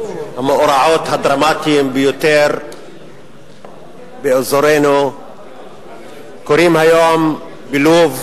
המאורעות הדרמטיים ביותר באזורנו קורים היום בלוב.